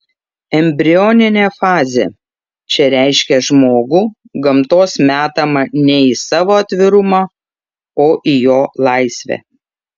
embrioninė fazė čia reiškia žmogų gamtos metamą ne į savo atvirumą o į jo laisvę